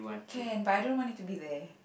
can but I don't want it to be there